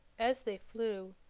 as they flew,